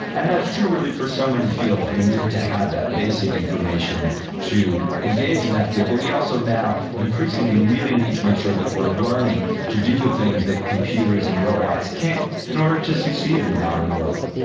and that's true really for so many fields. we need to have that basic information to engage in that field, but we also now increasingly really need to make sure that we are learning to do the things that computers and robots can't in order to succeed in the modern world.